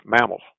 mammals